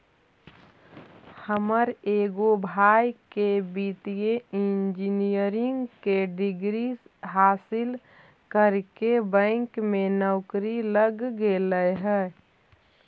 हमर एगो भाई के वित्तीय इंजीनियरिंग के डिग्री हासिल करके बैंक में नौकरी लग गेले हइ